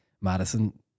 Madison